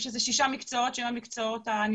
יש שישה-שבעה מקצועות נדרשים.